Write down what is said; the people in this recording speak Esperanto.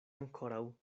ankoraŭ